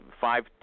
five